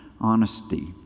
honesty